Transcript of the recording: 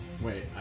Wait